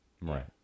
Right